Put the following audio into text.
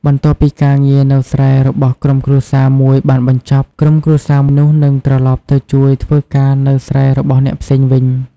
បន្ទាប់ពីការងារនៅស្រែរបស់ក្រុមគ្រួសារមួយបានបញ្ចប់ ក្រុមគ្រួសារនោះនឹងត្រឡប់ទៅជួយធ្វើការនៅស្រែរបស់អ្នកផ្សេងវិញ។